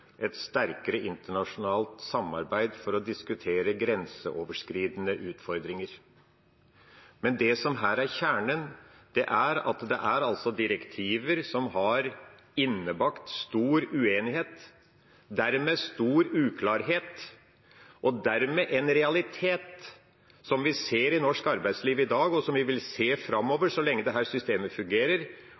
et sterkere internasjonalt samarbeid for å diskutere grenseoverskridende utfordringer. Det som her er kjernen, er at det er direktiver som har innbakt en så stor uenighet – og dermed en stor uklarhet og en realitet som vi ser i norsk arbeidsliv i dag, og som vi også vil se framover så lenge dette systemet fungerer